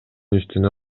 үстүнө